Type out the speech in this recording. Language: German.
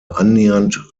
annähernd